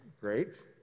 Great